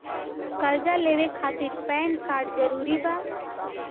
कर्जा लेवे खातिर पैन कार्ड जरूरी बा?